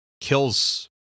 kills